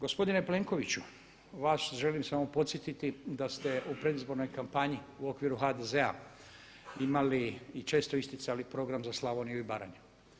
Gospodine Plenkoviću, vas želim samo podsjetiti da ste u predizbornoj kampanji u okviru HDZ-a imali i često isticali program za Slavoniju i Baranju.